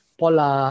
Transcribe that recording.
pola